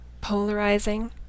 polarizing